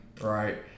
right